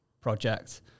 project